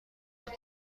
کنند